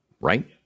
Right